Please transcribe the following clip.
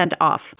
off